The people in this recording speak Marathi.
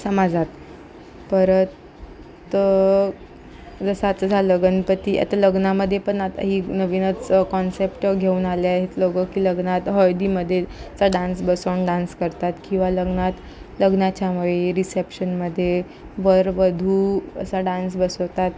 समाजात परत जसं आचं झालं गनपती लग्नामध्ये पण आता ही नवीनच कॉन्सेप्ट घेऊन आले आहेत लोकं की लग्नात हळदीमध्येचा डान्स बसवून डान्स करतात किंवा लग्नात लग्नाच्यामध्ये रिसेप्शनमध्ये वरवधू असा डान्स बसवतात